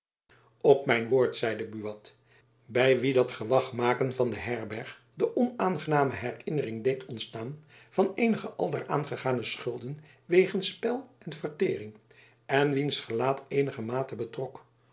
op mijn woord zeide buat by wien dat gewach maken van de herberg de onaangename herinnering deed ontstaan van eenige aldaar aangegane schulden wegens spel en verteering en wiens gelaat eenigermate betrok